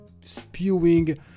spewing